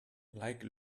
like